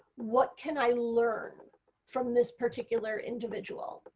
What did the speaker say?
what can i learn from this particular individual?